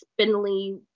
spindly